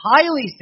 highly